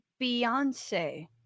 beyonce